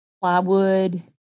plywood